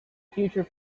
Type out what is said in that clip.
future